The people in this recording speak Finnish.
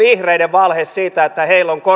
valhe siitä että heillä on korvaavat